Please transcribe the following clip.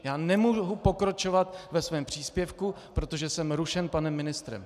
Já nemohu pokračovat ve svém příspěvku, protože jsem rušen panem ministrem.